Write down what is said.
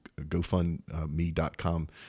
GoFundMe.com